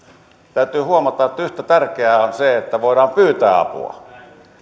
täytyy huomata että yhtä tärkeää on se että voidaan pyytää apua